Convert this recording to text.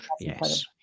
Yes